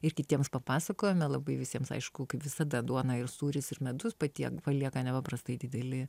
ir kitiems papasakojome labai visiems aišku kaip visada duona ir sūris ir medus patiems palieka nepaprastai didelį